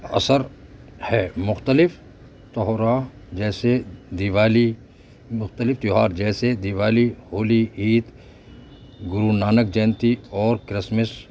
اثر ہے مختلف توہرا جیسے دیوالی مختلف تیوہار جیسے دیوالی ہولی عید گرونانک جینتی اور کرسمس